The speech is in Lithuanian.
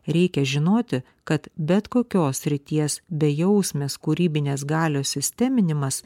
reikia žinoti kad bet kokios srities bejausmės kūrybinės galios sisteminimas